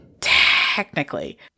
technically